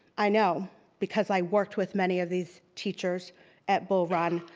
i know because i worked with many of these teachers at bull run.